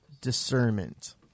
discernment